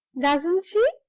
doesn't she?